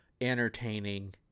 entertaining